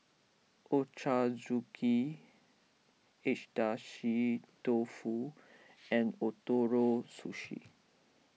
Ochazuke Agedashi Dofu and Ootoro Sushi